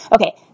Okay